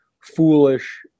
foolish